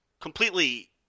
completely